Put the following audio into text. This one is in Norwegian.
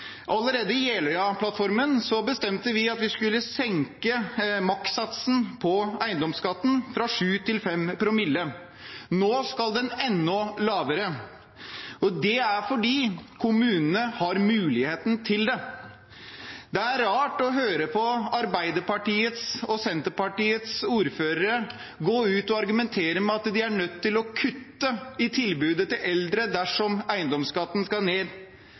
Allerede i Jeløya-plattformen bestemte vi at vi skulle senke makssatsen på eiendomsskatten fra 7 promille til 5 promille. Nå skal den enda lavere. Det er fordi kommunene har muligheten til det. Det er rart å høre Arbeiderpartiets og Senterpartiets ordførere gå ut og argumentere med at de er nødt til å kutte i tilbudet til eldre dersom eiendomsskatten skal ned.